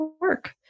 work